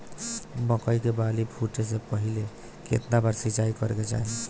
मकई के बाली फूटे से पहिले केतना बार सिंचाई करे के चाही?